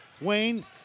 Wayne